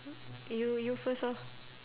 you you first orh